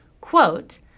quote